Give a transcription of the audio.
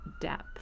depth